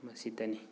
ꯃꯁꯤꯇꯅꯤ